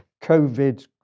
COVID